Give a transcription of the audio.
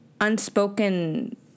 unspoken